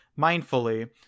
mindfully